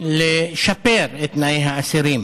לשפר את תנאי האסירים,